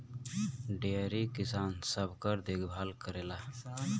dairy किसान सबकर देखभाल करेला